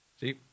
See